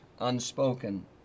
unspoken